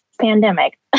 pandemic